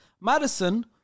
Madison